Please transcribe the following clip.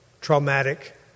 traumatic